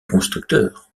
constructeurs